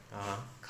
(uh huh)